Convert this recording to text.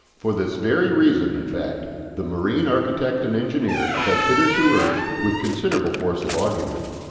for this very reason, in fact, the marine architect and engineer have hitherto urged, with considerable force of argument,